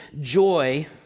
joy